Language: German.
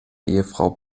ehefrau